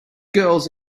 girls